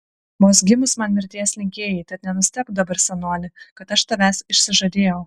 vos gimus man mirties linkėjai tad nenustebk dabar senoli kad aš tavęs išsižadėjau